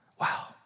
Wow